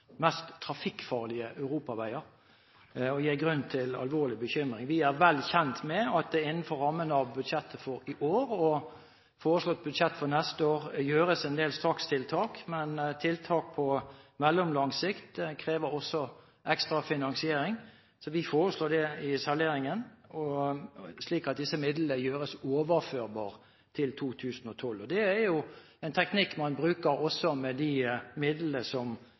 mest trafikkfarlige europaveier og gir grunn til alvorlig bekymring. Vi er vel kjent med at det innenfor rammen av budsjettet for i år og foreslått budsjett for neste år gjøres en del strakstiltak. Men tiltak på mellomlang sikt krever også ekstra finansiering. Så vi foreslår det i salderingen, slik at disse midlene gjøres overførbare til 2012. Det er en teknikk man også bruker for de midlene som